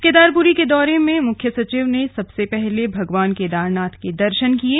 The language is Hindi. केदारपुरी के दौरे में मुख्य सचिव ने सबसे पहले भगवान केदारनाथ के दर्शन किये